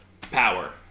Power